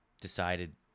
decided